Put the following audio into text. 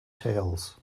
tales